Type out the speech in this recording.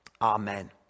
Amen